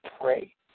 pray